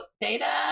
data